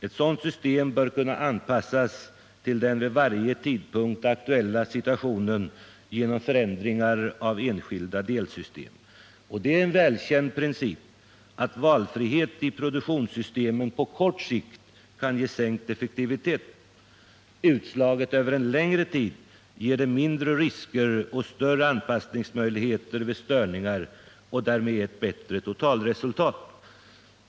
Ett sådant system bör kunna anpassas till den vid varje tidpunkt aktuella situationen genom förändringar av enskilda delsystem. Det är en välkänd princip att valfrihet i produktionssystemen på kort sikt kan ge sänkt effektivitet. Utslaget över längre tid ger den mindre risker och större anpassningsmöjligheter vid störningar och därmed också ett bättre totalresultat.